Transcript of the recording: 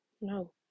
no